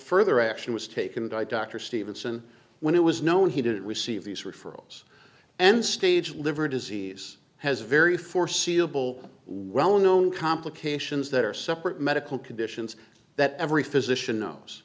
further action was taken by dr stevenson when it was known he didn't receive these referrals and stage liver disease has very foreseeable well known complications that are separate medical conditions that every physician